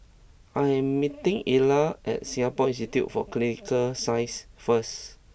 I am meeting Ella at Singapore Institute for Clinical Sciences first